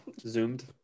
Zoomed